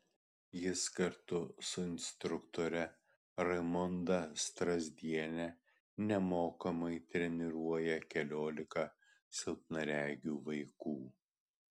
jis kartu su instruktore raimonda strazdiene nemokamai treniruoja keliolika silpnaregių vaikų